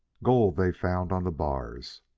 gold they found on the bars,